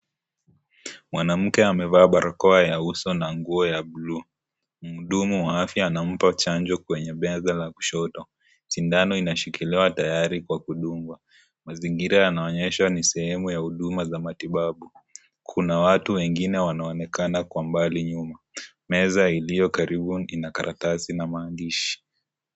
Mwanamke amevaa barakoa ya uso na nguo ya bluu mhudumu wa afya anampa chanjo kwenye meza la kushoto sindano inashikiliwa tayari kwa kudungwa mazingira yanaonyesha ni sehemu ya huduma ya matibabu, kuna watu wengine wanaonekana mbali nyuma meza iliyo karibu ina karatasi na maandishi.